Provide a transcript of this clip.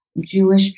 Jewish